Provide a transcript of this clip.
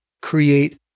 create